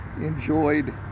enjoyed